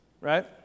Right